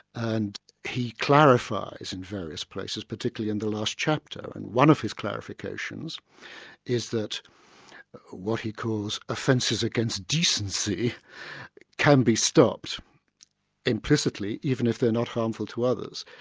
and he clarifies in various places, particularly in the last chapter, and one of clarifications is that what he calls offences against decency can be stopped implicitly, even if they're not harmful to others.